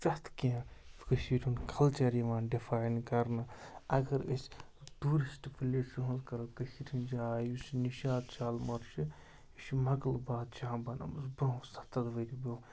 پرٛٮ۪تھ کینٛہہ کٔشیٖر ہُنٛد کَلچَر یِوان ڈِفاین کَرنہٕ اگر أسۍ ٹیوٗرِسٹ پٕلیسَن ہٕنٛز کَرو کٔشیٖر ہِنٛدۍ جاے یُس یہِ نِشاط شالمٲر چھُ یہِ چھُ مۄغل بادشاہن بَنٲومٕژ برٛونٛہہ سَتَتھ ؤری برٛونٛہہ